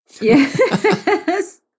Yes